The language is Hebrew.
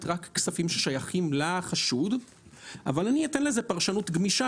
רק כספים ששייכים לחשוד אבל הוא ייתן לזה פרשנות גמישה